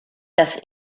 das